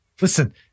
Listen